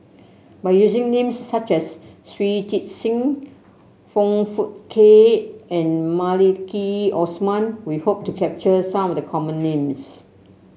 by using names such as Shui Tit Sing Foong Fook Kay and Maliki Osman we hope to capture some of the common names